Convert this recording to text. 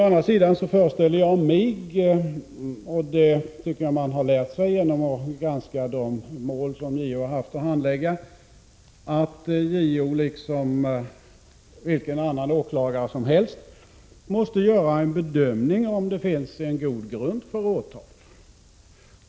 Å andra sidan föreställer jag mig dock — och det tycker jag att man har lärt sig vid granskningen av de mål som JO haft att handlägga — att JO liksom vilken annan åklagare som helst måste göra en bedömning av om det finns en god grund för åtal.